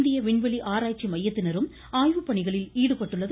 இந்திய விண்வெளி ஆராய்ச்சி மையத்தினரும் ஆய்வுப்பணிகளில் ஈடுபட்டுள்ளனர்